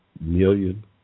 million